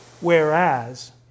Whereas